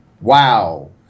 Wow